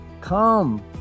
come